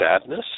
sadness